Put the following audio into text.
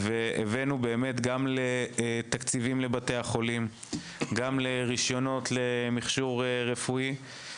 הבאנו באמת גם תקציבים לבתי החולים ורישיונות למכשור רפואי.